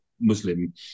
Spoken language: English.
Muslim